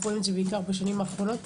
רואים את זה בעיקר בשנים האחרונות.